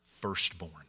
firstborn